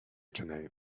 tonight